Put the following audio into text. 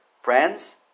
Friends